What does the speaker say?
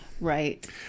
Right